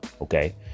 Okay